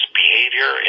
behavior